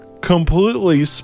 completely